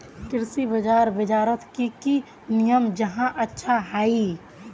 कृषि बाजार बजारोत की की नियम जाहा अच्छा हाई?